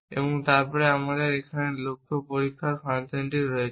এবং তারপরে আমাদের এখানে লক্ষ্য পরীক্ষার ফাংশন রয়েছে